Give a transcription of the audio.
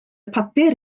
papur